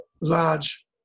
large